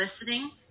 listening